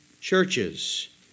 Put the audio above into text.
churches